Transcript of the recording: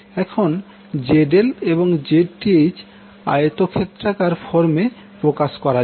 এখন ZL এবং Zth আয়তক্ষেত্রাকার ফর্মে প্রকাশ করা যাক